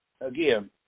again